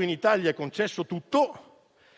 in Italia è concesso tutto,